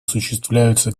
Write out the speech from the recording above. осуществляются